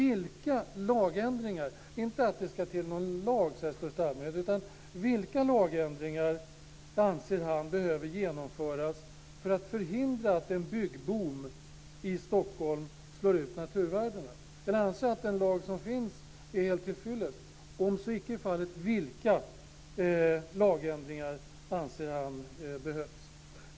Inte för att det måste till någon lag i största allmänhet, men vilka lagändringar anser statsrådet Lövdén behöver genomföras för att förhindra att en byggboom i Stockholm slår ut naturvärdena? Anser statsrådet att den lag som finns är tillfyllest? Om så icke är fallet, vilka lagändringar anser han behövs?